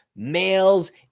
Males